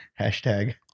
hashtag